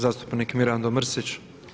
Zastupnik Mirando Mrsić.